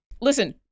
Listen